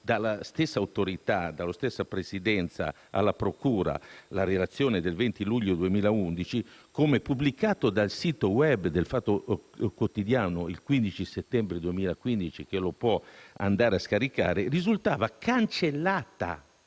dalla stessa Autorità, dalla stessa presidenza alla procura, la relazione del 20 luglio 2011, pubblicata dal sito web del giornale «Il Fatto Quotidiano» il 15 settembre 2015, e che si può scaricare, risultava cancellata